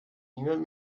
niemand